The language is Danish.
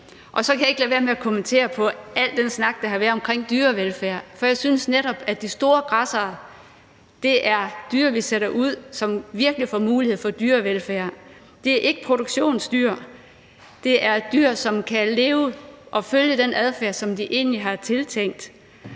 Så kan jeg ikke lade være med at kommentere på al den snak, der har været omkring dyrevelfærd, for jeg synes netop, at de store græssere, som vi sætter ud, er dyr, som virkelig får en mulighed for dyrevelfærd. Det er ikke produktionsdyr, men det er dyr, som kan leve og følge den adfærd, som de egentlig er tiltænkt,